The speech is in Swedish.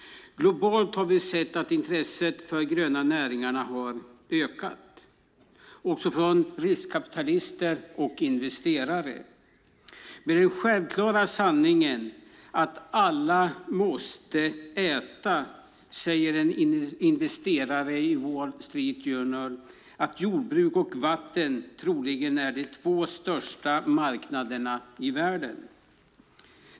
Globalt har vi sett att intresset för gröna näringar har ökat också från riskkapitalister och investerare. Med den självklara sanningen att alla måste äta säger en investerare i Wall Street Journal att jordbruk och vatten troligen är de två största marknaderna i världen.